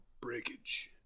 breakage